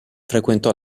frequentò